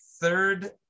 third